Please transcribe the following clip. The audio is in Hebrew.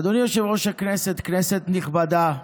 אדוני יושב-ראש הישיבה, כנסת נכבדה,